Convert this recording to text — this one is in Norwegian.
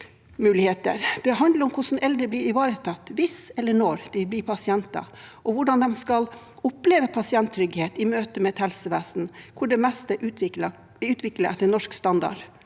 Det handler om hvordan eldre blir ivaretatt hvis eller når de blir pasienter, og hvordan de skal oppleve pasienttrygghet i møte med et helsevesen hvor det meste er utviklet etter norsk standard,